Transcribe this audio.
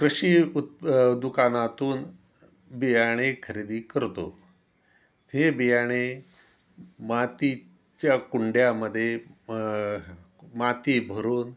कृषी उत् दुकानातून बियाणे खरेदी करतो हे बियाणे मातीच्या कुंड्यामध्ये माती भरून